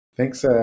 Thanks